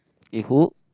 if who